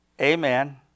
Amen